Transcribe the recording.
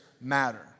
matter